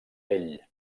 ell